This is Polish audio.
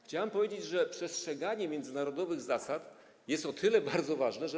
Chciałem powiedzieć, że przestrzeganie międzynarodowych zasad jest o tyle ważne, że.